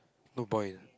no point ah